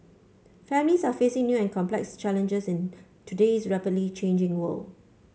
families are facing new and complex challenges in today's rapidly changing world